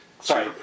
sorry